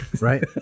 right